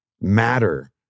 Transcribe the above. matter